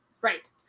right